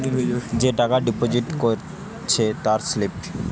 যে টাকা ডিপোজিট করেছে তার স্লিপ